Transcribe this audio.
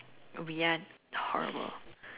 we ain't horrible